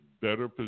better